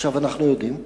עכשיו אנחנו יודעים.